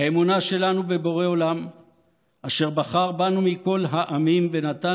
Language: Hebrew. האמונה שלנו בבורא אשר בחר בנו מכל העמים ונתן